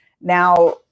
Now